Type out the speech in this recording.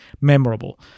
memorable